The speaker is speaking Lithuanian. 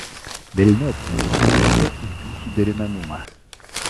velniop medžiagų vertę ir jų suderinamumą